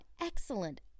excellent